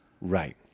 Right